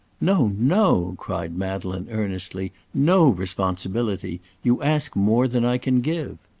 no, no! cried madeleine, earnestly no responsibility. you ask more than i can give.